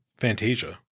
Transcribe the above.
Fantasia